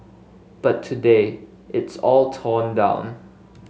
but today it's all torn down